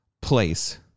place